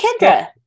kendra